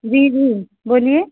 जी जी बोलिए